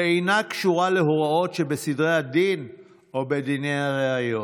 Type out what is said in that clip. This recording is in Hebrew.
ואינה קשורה להוראות שבסדרי הדין או בדיני הראיות.